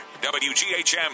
WGHM